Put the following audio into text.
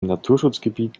naturschutzgebiet